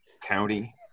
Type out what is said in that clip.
county